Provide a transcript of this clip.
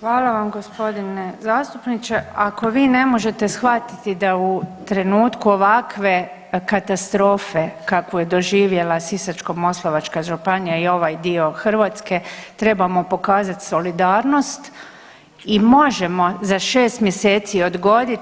Hvala vam gospodine zastupniče, ako vi ne možete shvatiti da u trenutku ovakve katastrofe kakvu je doživjela Sisačko-moslavačka županija i ovaj dio Hrvatske trebamo pokazati solidarnost i možemo za 6 mjeseci odgodit